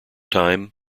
time